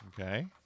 Okay